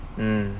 mm